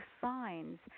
signs